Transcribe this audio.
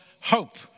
hope